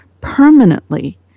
permanently